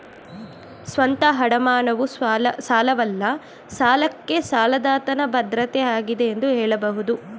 ಸ್ವಂತ ಅಡಮಾನವು ಸಾಲವಲ್ಲ ಸಾಲಕ್ಕೆ ಸಾಲದಾತನ ಭದ್ರತೆ ಆಗಿದೆ ಎಂದು ಹೇಳಬಹುದು